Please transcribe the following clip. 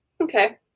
okay